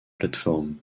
plateforme